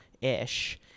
ish